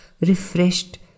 refreshed